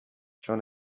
چون